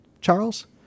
Charles